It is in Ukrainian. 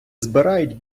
збирають